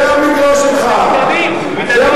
זה המגרש שלך.